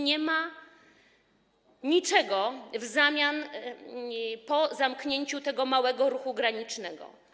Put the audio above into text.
Nie ma niczego w zamian po zamknięciu tego małego ruchu granicznego.